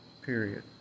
period